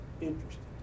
interesting